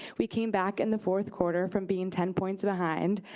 we came back in the fourth quarter from being ten points behind.